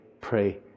pray